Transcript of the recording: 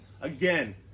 Again